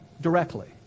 directly